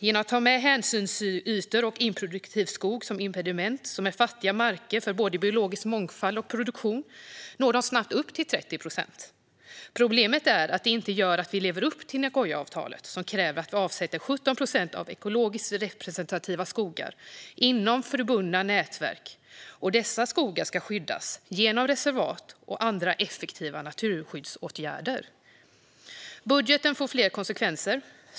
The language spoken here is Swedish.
Genom att ta med hänsynsytor och improduktiv skog, som impediment som är fattiga marker för både biologisk mångfald och produktion, når de snabbt upp till 30 procent. Problemet är att det gör att vi inte lever upp till Nagoyaavtalet, som kräver att vi avsätter 17 procent av ekologiskt representativa skogar inom förbundna nätverk, och dessa skogar ska skyddas genom reservat och andra effektiva naturskyddsåtgärder. Budgeten får fler konsekvenser.